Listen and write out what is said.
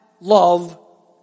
love